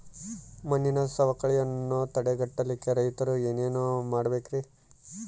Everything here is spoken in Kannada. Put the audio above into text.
ಮಣ್ಣಿನ ಸವಕಳಿಯನ್ನ ತಡೆಗಟ್ಟಲಿಕ್ಕೆ ರೈತರು ಏನೇನು ಮಾಡಬೇಕರಿ?